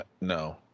No